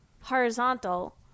horizontal